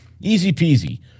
Easy-peasy